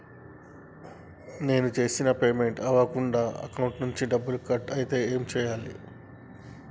నేను చేసిన పేమెంట్ అవ్వకుండా అకౌంట్ నుంచి డబ్బులు కట్ అయితే ఏం చేయాలి?